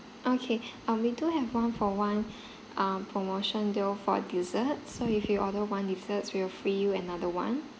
okay um we do have one for one um promotion deal for dessert so if you order one desserts we will free you another one